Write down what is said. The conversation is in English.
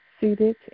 seated